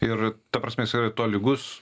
ir ta prasme jis yra tolygus